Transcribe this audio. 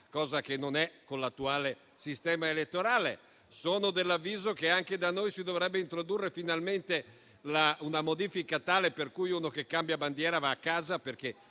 cosa che non avviene con l'attuale sistema elettorale. Sono dell'avviso che anche da noi si dovrebbe introdurre finalmente una modifica tale per cui chi cambia bandiera va a casa, perché